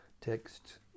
text